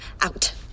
Out